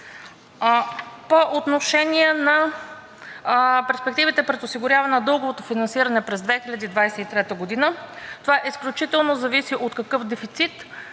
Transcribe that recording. По отношение на перспективите пред осигуряване на дълговото финансиране през 2023 г. – изключително зависи от това какъв дефицит